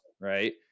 right